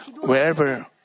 wherever